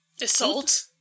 Assault